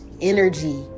energy